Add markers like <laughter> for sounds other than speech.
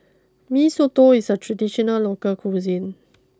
Mee Soto is a traditional local cuisine <noise>